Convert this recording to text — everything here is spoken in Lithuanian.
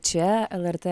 čia lrt